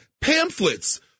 pamphlets